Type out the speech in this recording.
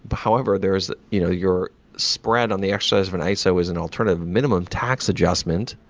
but however, there is you know your spread on the exercise of an iso as an alternative, minimum tax adjustment,